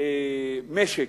התייחסות למשק,